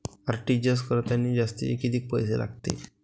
RTGS करतांनी जास्तचे कितीक पैसे लागते?